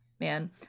Man